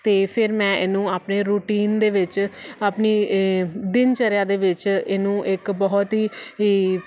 ਅਤੇ ਫਿਰ ਮੈਂ ਇਹਨੂੰ ਆਪਣੇ ਰੂਟੀਨ ਦੇ ਵਿੱਚ ਆਪਣੀ ਦਿਨ ਚਰਿਆ ਦੇ ਵਿੱਚ ਇਹਨੂੰ ਇੱਕ ਬਹੁਤ ਹੀ ਈ